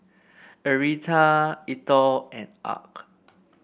Aretha Eithel and Arch